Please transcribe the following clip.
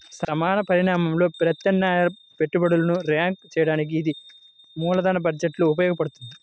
సమాన పరిమాణంలో ప్రత్యామ్నాయ పెట్టుబడులను ర్యాంక్ చేయడానికి ఇది మూలధన బడ్జెట్లో ఉపయోగించబడుతుంది